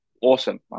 awesome